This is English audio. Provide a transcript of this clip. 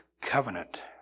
covenant